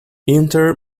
inter